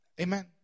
Amen